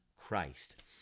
christ